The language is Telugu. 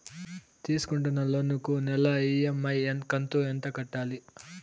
తీసుకుంటున్న లోను కు నెల ఇ.ఎం.ఐ కంతు ఎంత కట్టాలి?